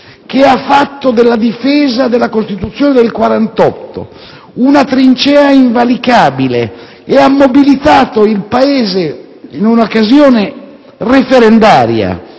che ha fatto della difesa della Costituzione del '48 una trincea invalicabile e ha mobilitato il Paese in un una occasione referendaria